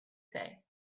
say